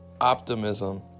optimism